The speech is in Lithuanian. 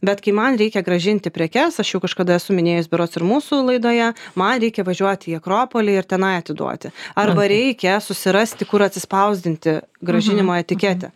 bet kai man reikia grąžinti prekes aš jau kažkada esu minėjus berods ir mūsų laidoje man reikia važiuoti į akropolį ir tenai atiduoti arba reikia susirasti kur atsispausdinti grąžinimo etiketę